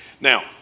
Now